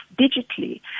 digitally